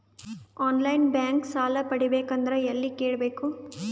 On line bank ಸಾಲ ಪಡಿಬೇಕಂದರ ಎಲ್ಲ ಕೇಳಬೇಕು?